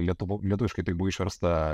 lietuvo lietuviškai tai buvo išversta